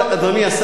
אדוני השר,